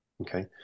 okay